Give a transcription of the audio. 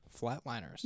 Flatliners